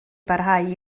barhau